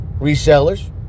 Resellers